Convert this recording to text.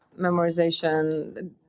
memorization